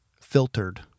filtered